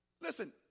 Listen